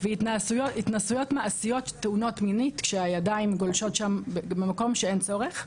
והתנסויות מעשיות טעונות מינית כשהידיים גולשות למקום שאין בו צורך.